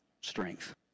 strength